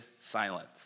silence